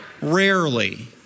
Rarely